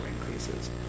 increases